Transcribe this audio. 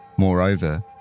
Moreover